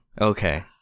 okay